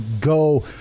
go